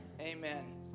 Amen